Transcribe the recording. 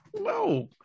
No